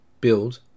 build